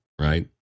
Right